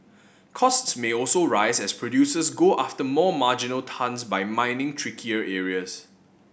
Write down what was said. costs may also rise as producers go after more marginal tons by mining trickier areas